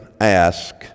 ask